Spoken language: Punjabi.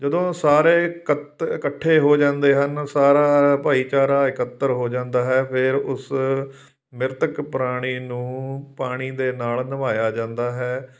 ਜਦੋਂ ਸਾਰੇ ਇਕੱਤ ਇਕੱਠੇ ਹੋ ਜਾਂਦੇ ਹਨ ਸਾਰਾ ਸਾਰਾ ਭਾਈਚਾਰਾ ਇਕੱਤਰ ਹੋ ਜਾਂਦਾ ਹੈ ਫਿਰ ਉਸ ਮ੍ਰਿਤਕ ਪ੍ਰਾਣੀ ਨੂੰ ਪਾਣੀ ਦੇ ਨਾਲ ਨਵਾਇਆ ਜਾਂਦਾ ਹੈ